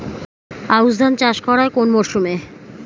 আউশ ধান চাষ করা হয় কোন মরশুমে?